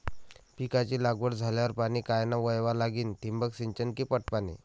पिकाची लागवड झाल्यावर पाणी कायनं वळवा लागीन? ठिबक सिंचन की पट पाणी?